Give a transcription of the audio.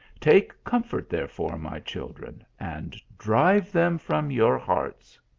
take comfort, therefore, my children, and drive them from your hearts.